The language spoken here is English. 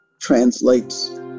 translates